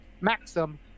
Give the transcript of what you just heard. Maxim